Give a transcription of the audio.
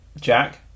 Jack